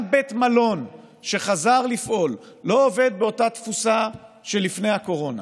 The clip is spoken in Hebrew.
גם בית מלון שחזר לפעול לא עובד באותה תפוסה שלפני הקורונה.